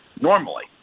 normally